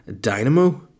dynamo